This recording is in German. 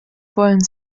wollen